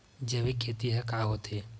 जैविक खेती ह का होथे?